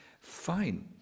fine